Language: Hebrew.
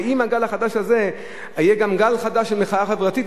ועם הגל החדש הזה יהיה גם גל חדש של מחאה חברתית,